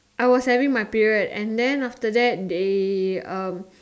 I was having my period and then after that they um